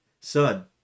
sun